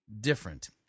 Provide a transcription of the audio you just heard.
different